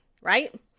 right